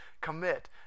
Commit